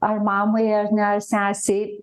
ar mamai ar ne sesei